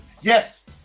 Yes